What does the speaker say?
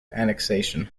annexation